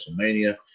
WrestleMania